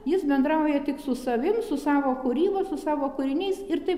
jis bendrauja tik su savim su savo kūryba su savo kūriniais ir taip